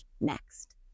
next